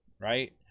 Right